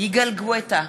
יגאל גואטה,